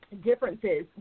differences